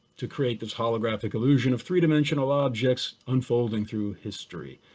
to create this holographic illusion of three-dimensional objects unfolding through history.